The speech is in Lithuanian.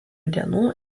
dienų